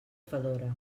fedora